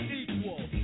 equal